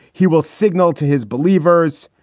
he will signal to his believers,